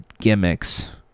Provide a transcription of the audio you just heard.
gimmicks